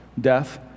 death